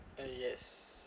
uh yes